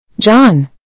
John